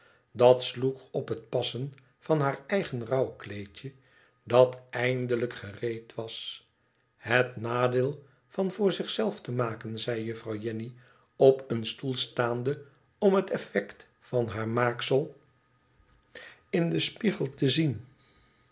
dat sloeg op het passen van haar eigen rouwkleedje dat eindelijk gereed was ihet nadeel van voor zich zelf te maken zei juffrouw jenny op een stoel staande om het effect van haar maaksel in den spiegel te twee